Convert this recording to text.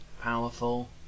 powerful